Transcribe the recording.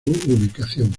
ubicación